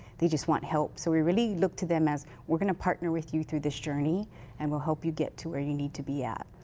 they just want help. so really look to them as we're going to partner with you through this journey and we'll help you get to where you need to be at.